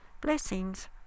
blessings